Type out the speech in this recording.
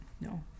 No